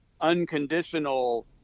unconditional